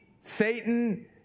Satan